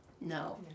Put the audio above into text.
No